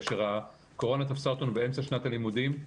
כאשר הקורונה תפסה אותנו באמצע שנת הלימודים,